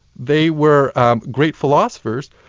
they were great philosophers,